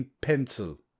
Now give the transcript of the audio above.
pencil